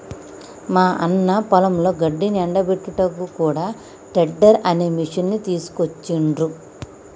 మా అన్న పొలంలో గడ్డిని ఎండపెట్టేందుకు కూడా టెడ్డర్ అనే మిషిని తీసుకొచ్చిండ్రు